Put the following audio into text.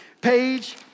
Page